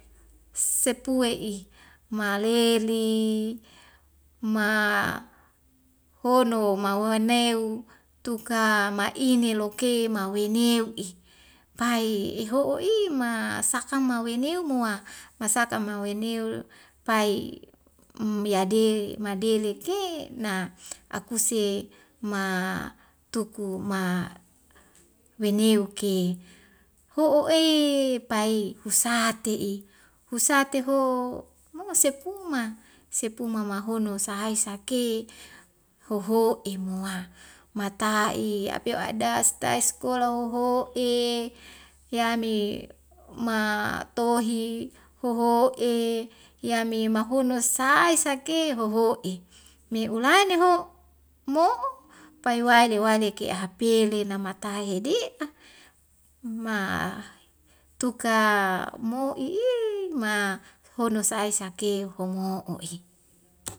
Sepue'i maleli ma hono mawaneu tuka ma'ine loke maweneu 'i pai ihoho'i ma saka ma weneu mua masaka ma weneu pai myade madeleke na akuse ma tuku ma weneu ke hoho'e pai husate'i husateho mongo sepuma sepuma mahono sae sake hoho'e mo a mata i api adas sitai sikola hoho'e yami ma tohi hoho'e yami mahuno sai sake hoho'i me ulaine ho mo'o pai waile waile ke'ehape le namata hedi'a ma tuka mo'i i mahono sai sake homo'o i